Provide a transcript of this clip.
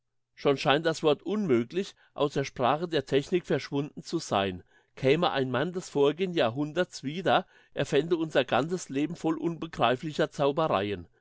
scheint das wort unmöglich aus der sprache der technik verschwunden zu sein käme ein mann des vorigen jahrhunderts wieder er fände unser ganzes leben voll unbegreiflicher zaubereien